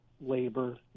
labor